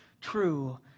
true